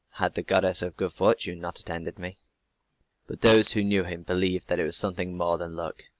had the goddess of good fortune not attended me. but those who knew him believed that it was something more than luck.